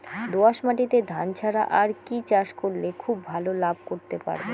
দোয়াস মাটিতে ধান ছাড়া আর কি চাষ করলে খুব ভাল লাভ করতে পারব?